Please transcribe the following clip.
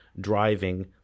driving